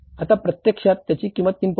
आता प्रत्यक्षात त्याची किंमत 3